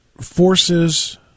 forces